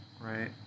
right